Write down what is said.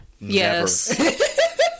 Yes